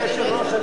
אדוני היושב-ראש,